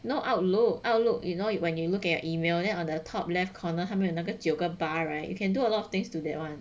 no outlook outlook you know when you look at your email and then on the top left corner 他们有那个九个 bar right you can do a lot of things to that one